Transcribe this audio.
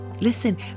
Listen